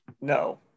No